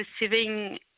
receiving